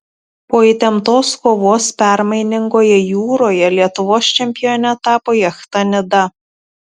po įtemptos kovos permainingoje jūroje lietuvos čempione tapo jachta nida